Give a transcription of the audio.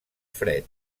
fred